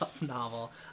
novel